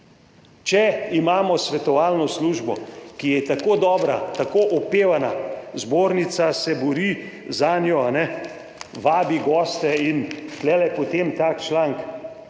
Če imamo svetovalno službo, ki je tako dobra, tako opevana, zbornica se bori zanjo vabi goste in tul je potem tak članek